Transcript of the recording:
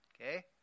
okay